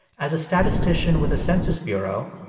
as a statistician with the census bureau,